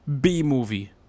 B-movie